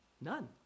none